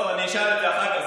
טוב, אני אשאל את זה אחר כך.